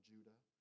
Judah